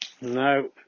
No